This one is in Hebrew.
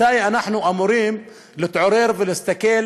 מתי אנחנו אמורים להתעורר ולהסתכל